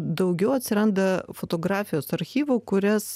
daugiau atsiranda fotografijos archyvų kurias